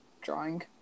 drawing